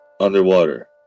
Underwater